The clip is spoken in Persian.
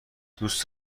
دوست